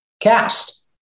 cast